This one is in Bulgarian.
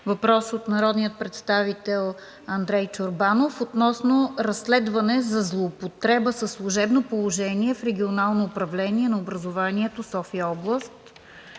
той е от народния представител Андрей Чорбанов относно разследване за злоупотреба със служебно положение в Регионално управление на образованието – София-област.